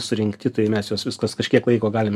surinkti tai mes juos vis kas kažkiek laiko galim